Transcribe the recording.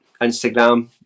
Instagram